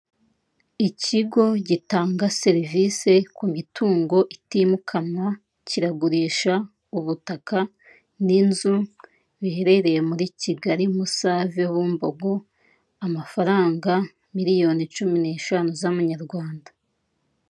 Ikigo gitanga serivisi ku mitungo itimukanwa, kiragurisha ubutaka n'inzu, biherereye muri Kigali Musave, Bumbogo, amafaranga miliyoni cumi n'eshanu z'amanyarwanda.